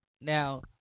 Now